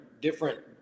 different